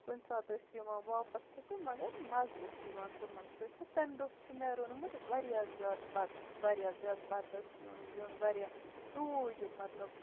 کُنہِ ساتہٕ ٲسۍ یِوان واپَس تہِ تہٕ مَگر مَزٕ اوس یِوان تِمَن سۭتۍ تہِ تہٕ تَمہِ دۄہ چھُ مےٚ روٚنمُت واریاہ زیادٕ بَتہٕ واریاہَس زیادٕ بَتَس سیُن ویُن واریاہ ہیوٗج مطلب